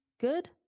good